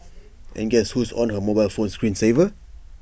and guess who's on her mobile phone screen saver